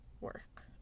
Work